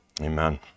amen